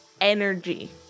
energy